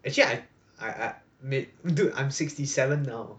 actually I I I made dude I'm sixty seven now